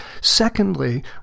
Secondly